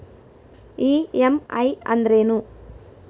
EMI ಅಂದ್ರೇನು?